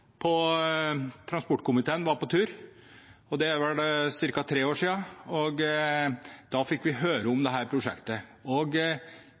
Det er vel ca. tre år siden. Da fikk vi høre om